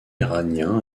iranien